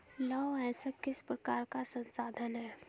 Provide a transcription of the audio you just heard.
लौह अयस्क किस प्रकार का संसाधन है?